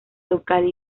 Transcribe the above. local